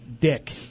Dick